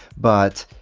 but,